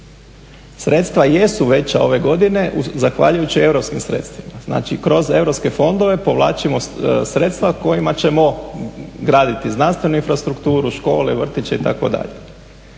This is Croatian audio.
Sredstva jesu veća ove godine zahvaljujući europskim sredstvima, znači kroz europske fondove povlačimo sredstva kojima ćemo graditi znanstvenu infrastrukturu, škole, vrtiće itd.